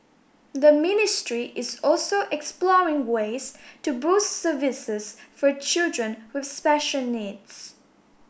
the ministry is also exploring ways to boost services for children with special needs